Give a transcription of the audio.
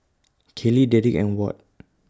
Caylee Darrick and Ward